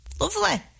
Lovely